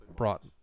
brought